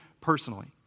personally